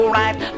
right